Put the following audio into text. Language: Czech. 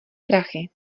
prachy